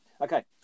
Okay